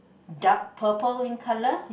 dark purple in colour